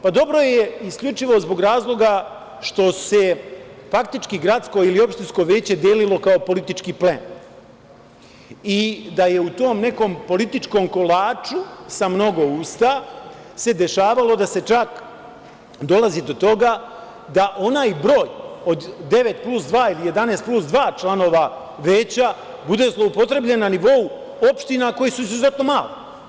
Pa, dobro je isključivo iz razloga što se faktički gradsko ili opštinsko veće delilo kao politički plen i da je u tom nekom političkom kolaču, sa mnogo usta, se dešavalo da se čak dolazi do toga da onaj broj od devet plus dva ili jedanaest plus dva članova veća bude zloupotrebljen na nivou opština koje su izuzetno male.